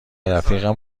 رفتیم